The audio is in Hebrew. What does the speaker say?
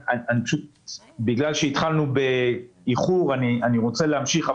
בגלל שהתחלנו באיחור אני רוצה להמשיך.